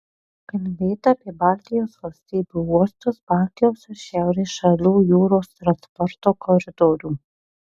kalbėta apie baltijos valstybių uostus baltijos ir šiaurės šalių jūros transporto koridorių